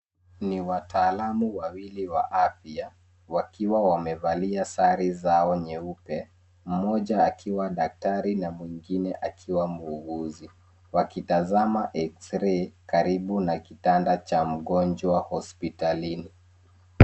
Ni wataalamu wawili wa afya wakiwa wamevalia sare zao nyeupe, moja akiwa daktari na mwingine akiwa muuguzi wakitazama x-ray karibu na kitanda cha mgonjwa hospitalini.